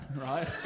right